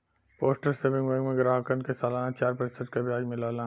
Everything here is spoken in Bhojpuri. पोस्टल सेविंग बैंक में ग्राहकन के सलाना चार प्रतिशत क ब्याज मिलला